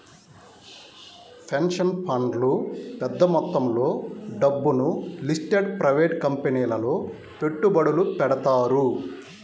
pension ఫండ్లు పెద్ద మొత్తంలో డబ్బును లిస్టెడ్ ప్రైవేట్ కంపెనీలలో పెట్టుబడులు పెడతారు